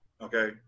Okay